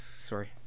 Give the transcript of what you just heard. sorry